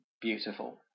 beautiful